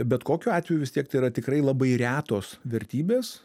bet kokiu atveju vis tiek tai yra tikrai labai retos vertybės